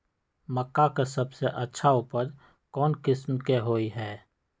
मक्का के सबसे अच्छा उपज कौन किस्म के होअ ह?